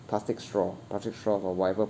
plastic straw plastic straw or whatever